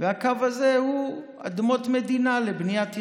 והקו הזה הוא אדמות מדינה לבניית יישוב.